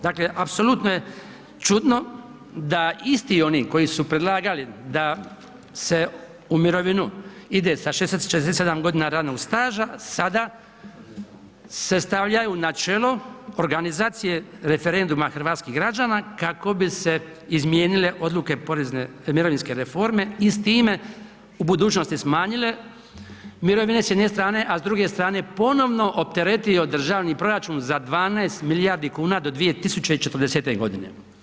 Dakle apsolutno je čudno da isti oni koji su predlagali da se u mirovinu ide sa 67 godina radnog staža sada se stavljaju na čelo organizacije referenduma hrvatskih građana kako bi se izmijenile odluke porezne, mirovinske reforme i s time u budućnosti smanjile mirovine s jedne strane a s druge strane ponovno opteretio državni proračun za 12 milijardi kuna do 2040.-te godine.